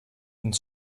ins